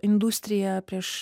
industrija prieš